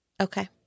Okay